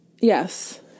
yes